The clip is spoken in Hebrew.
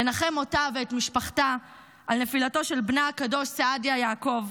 לנחם אותה ואת משפחתה על נפילתו של בנה הקדוש סעדיה יעקב,